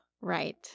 Right